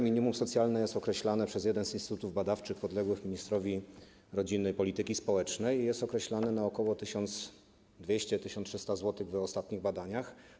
Minimum socjalne jest określane przez jeden z instytutów badawczych podległych ministrowi rodziny i polityki społecznej na ok. 1200-1300 zł w ostatnich badaniach.